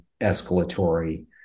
escalatory